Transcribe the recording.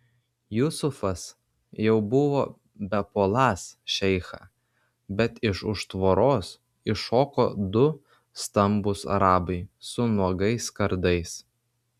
jusufas jau buvo bepuoląs šeichą bet iš už tvoros iššoko du stambūs arabai su nuogais kardais